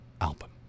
album